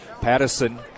Patterson